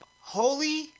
Holy